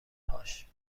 هاش